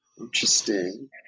Interesting